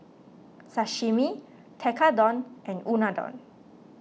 Sashimi Tekkadon and Unadon